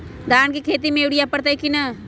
धान के खेती में यूरिया परतइ कि न?